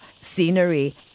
scenery